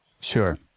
Sure